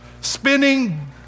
spinning